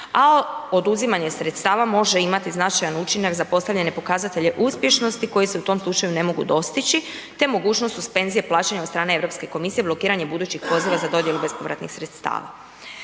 a oduzimanje sredstava može imati značajan učinak za postavljane pokazatelje uspješnosti koji se u tom slučaju ne mogu dostići te mogućnost suspenzije plaćanja od strane Europske komisije blokiranjem budućih poziva za dodjelu bespovratnih sredstava.